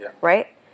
right